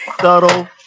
subtle